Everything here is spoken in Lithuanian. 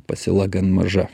pasiūla gan maža